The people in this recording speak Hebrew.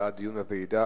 הוא בעד דיון בוועדה,